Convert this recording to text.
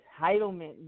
entitlement